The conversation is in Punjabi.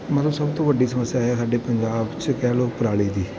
ਮਤਲਬ ਸਭ ਤੋਂ ਵੱਡੀ ਸਮੱਸਿਆ ਹੈ ਸਾਡੇ ਪੰਜਾਬ 'ਚ ਕਹਿ ਲਓ ਪਰਾਲੀ ਦੀ